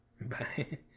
Bye